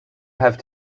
have